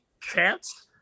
chance